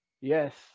yes